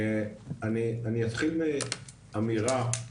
אני אתחיל אמירה,